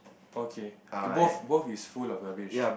okay both both is full of rubbish